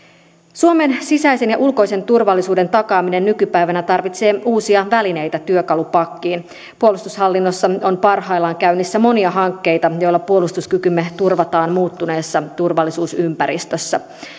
suomen sisäisen ja ulkoisen turvallisuuden takaaminen nykypäivänä tarvitsee uusia välineitä työkalupakkiin puolustushallinnossa on parhaillaan käynnissä monia hankkeita joilla puolustuskykymme turvataan muuttuneessa turvallisuusympäristössä